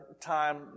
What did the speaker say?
time